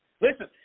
Listen